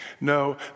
No